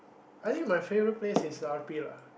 I think my favourite place is R_P lah